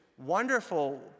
Wonderful